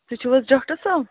تُہۍ چھِو حظ ڈاکٹر صاحب